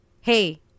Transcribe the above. Hey